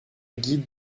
guide